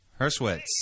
Herschwitz